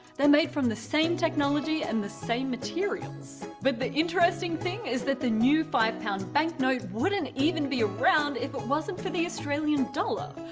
they're made from the same technology and the same materials. but the interesting thing is that the new five pound banknote wouldn't even be around if it wasn't for the australian dollar.